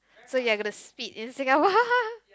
so you are gonna to speed in Singapore